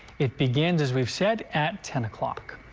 it begins as we've said at ten o'clock.